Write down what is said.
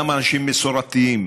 גם אנשים מסורתיים.